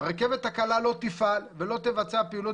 "הרכבת הקלה לא תפעל ולא תתבצע פעילות